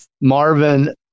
Marvin